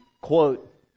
quote